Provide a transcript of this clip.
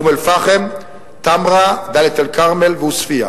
אום-אל-פחם, תמרה, דאלית-אל-כרמל ועוספיא.